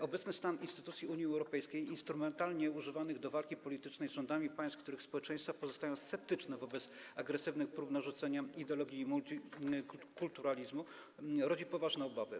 Obecny stan instytucji Unii Europejskiej instrumentalnie używanych do walki politycznej z rządami państw, których społeczeństwa pozostają sceptyczne wobec agresywnych prób narzucenia ideologii multikulturalizmu, rodzi poważne obawy.